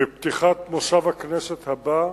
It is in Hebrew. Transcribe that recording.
בפתיחת מושב הכנסת הבא,